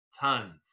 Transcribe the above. tons